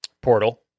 Portal